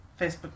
Facebook